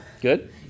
good